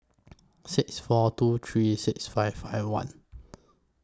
six four two three six five five one